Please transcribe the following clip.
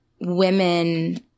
women